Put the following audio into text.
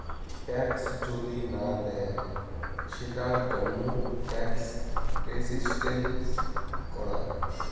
tax যদি না দেয় সেটার তন্ন ট্যাক্স রেসিস্টেন্স করাং